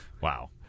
Wow